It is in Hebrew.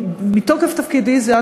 מתוקף תפקידי זה,